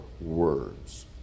words